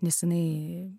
nes jinai